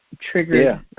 triggered